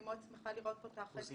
אני שמחה לראות נציגים